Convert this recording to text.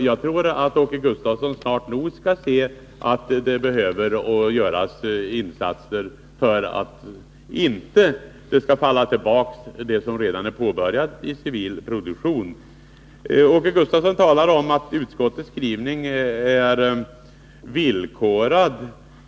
Jag tror att Åke Gustavsson snart nog skall se att det behöver göras insatser, för att det som redan är påbörjat i fråga om civil produktion inte skall falla tillbaka. Åke Gustavsson talar om att utskottets skrivning är villkorad.